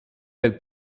del